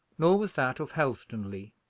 nor was that of helstonleigh.